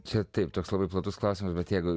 čia taip toks labai platus klausimas bet jeigu